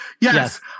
Yes